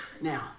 Now